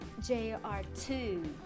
JR2